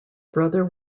brother